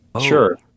Sure